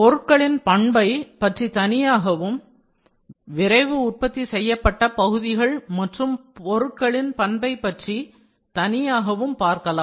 பொருட்களின் பண்பை பற்றி தனியாகவும் விரைவு உற்பத்தி செய்யப்பட்ட பகுதிகள் மற்றும் பொருட்களின் பண்பை பற்றி தனியாகவும் நாம் பார்க்கலாம்